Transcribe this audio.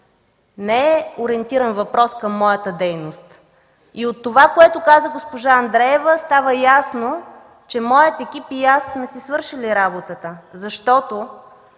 не е ориентиран въпрос към моята дейност. И от това, което каза госпожа Андреева, става ясно, че моят екип и аз сме си свършили работата, защото